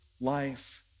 Life